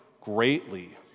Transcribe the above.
greatly